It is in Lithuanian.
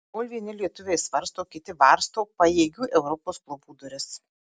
kol vieni lietuviai svarsto kiti varsto pajėgių europos klubų duris